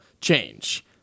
change